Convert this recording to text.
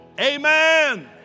amen